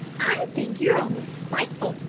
i think you're almost spiteful,